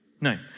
No